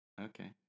Okay